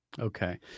Okay